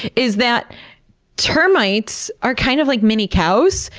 is that termites are kind of like mini cows,